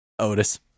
Otis